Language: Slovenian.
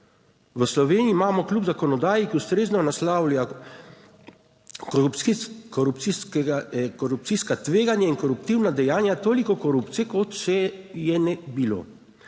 V Sloveniji imamo kljub zakonodaji, ki ustrezno naslavlja korupcijske, korupcijska tveganja in koruptivna dejanja, toliko korupcije kot če je ne bilo.